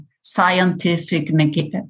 scientific